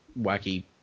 wacky